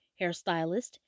hairstylist